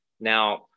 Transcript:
Now